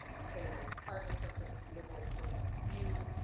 same race partner preference, liberal political views,